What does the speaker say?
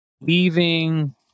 Leaving